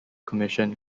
commission